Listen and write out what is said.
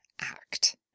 act